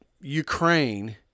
Ukraine